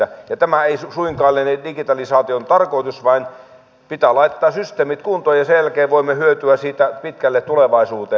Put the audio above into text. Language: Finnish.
tämä ei suinkaan liene digitalisaation tarkoitus vaan pitää laittaa systeemit kuntoon ja sen jälkeen voimme hyötyä siitä pitkälle tulevaisuuteen